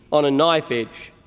on a knife edge.